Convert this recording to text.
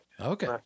Okay